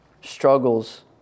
struggles